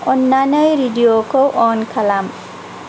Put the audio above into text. अन्नानै रेडिअखौ अन खालाम